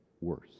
worse